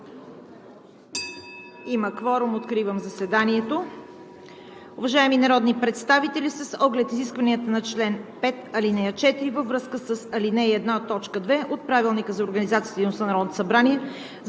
Има кворум, откривам заседанието.